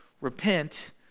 repent